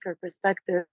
perspective